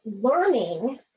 learning